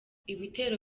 ibitero